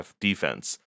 defense